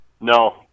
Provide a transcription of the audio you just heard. No